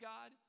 God